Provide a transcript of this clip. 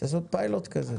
צריך לעשות פיילוט כזה.